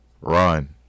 run